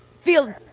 feel